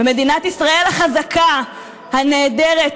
הוא עוד לא משאיר,